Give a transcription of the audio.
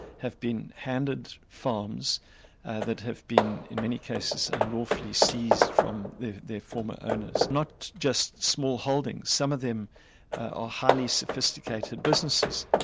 have been handed farms that have been, in many cases, unlawfully seized from their former owners. not just smallholdings some of them are ah highly sophisticated businesses,